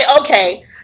okay